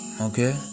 Okay